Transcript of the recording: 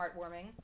heartwarming